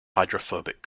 hydrophobic